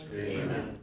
Amen